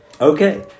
Okay